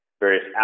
Various